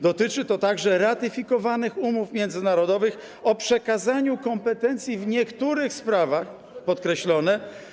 Dotyczy to także ratyfikowanych umów międzynarodowych o przekazaniu kompetencji w niektórych sprawach - podkreślone.